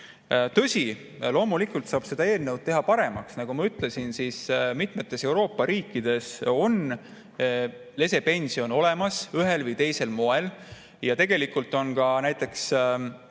Tõsi, loomulikult saab seda eelnõu teha paremaks. Nagu ma ütlesin, mitmetes Euroopa riikides on lesepension ühel või teisel moel olemas. Tegelikult on seda ka näiteks